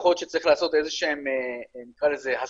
למעשה היום השחקן העיקרי זה בזק,